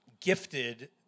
gifted